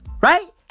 Right